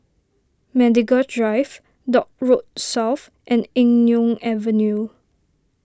Medical Drive Dock Road South and Eng Neo Avenue